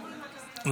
ועדת הכספים.